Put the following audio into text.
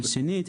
שנית,